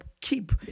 keep